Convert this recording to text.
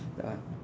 that one